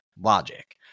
logic